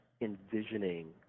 envisioning